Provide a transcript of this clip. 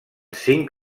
cinc